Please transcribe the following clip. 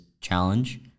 challenge